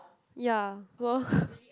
ya